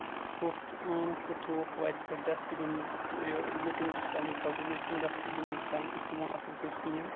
ژوٚٹھ چھُ اوٚنُکھ تہٕ تراوُکھ وَتہِ پٮ۪ٹھ ڈَسٹبیٖنَس یہِ لُکن تہِ چھِ تَتھ منٛز غلطی لُکھ چھِنہٕ ڈَسٹٕبنٕز اِستعمال کران اَصٕل پٲٹھۍ کِہینۍ